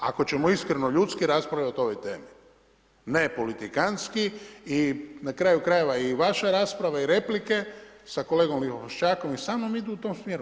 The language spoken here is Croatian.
Ako ćemo iskreno ljudski raspravljati o ovoj temi, ne politikanski i na kraju krajeva i vaša rasprava i replike sa kolegom Lipošćakom i samnom idu u tom smjeru.